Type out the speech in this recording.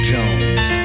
Jones